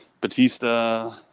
Batista